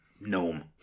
gnome